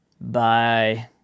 Bye